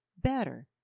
better